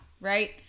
right